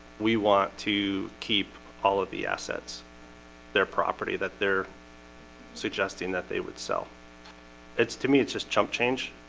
we want to keep all of the assets their property that they're suggesting that they would sell its to me. it's just chump change